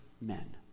men